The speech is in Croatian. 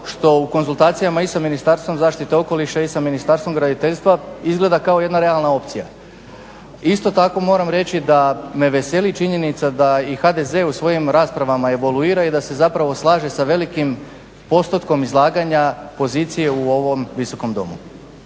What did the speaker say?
što u konzultacijama i sa Ministarstvom zaštite okoliša i sa Ministarstvom graditeljstva izgleda kao jedna realna opcija. Isto tako moram reći da me veseli činjenica da i HDZ u svojim raspravama evoluira i da se zapravo slaže sa velikim postotkom izlaganja pozicije u ovom Visokom domu.